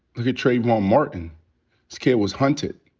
look at trayvon martin. this kid was hunted.